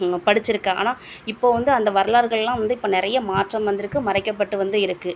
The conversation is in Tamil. படித்திருக்கேன் ஆனால் இப்போது வந்து அந்த வரலாறுகள்லாம் வந்து இப்போ நிறைய மாற்றம் வந்திருக்கு மறைக்கப்பட்டு வந்து இருக்குது